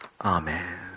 Amen